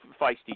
feisty